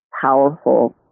powerful